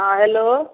हॅं हेलो